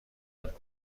الکلی